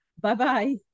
bye-bye